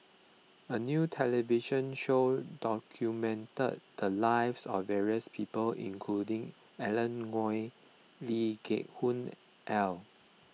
a new television show documented the lives of various people including Alan Oei Lee Geck Hoon Ellen